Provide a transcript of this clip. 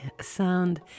sound